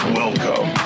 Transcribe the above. welcome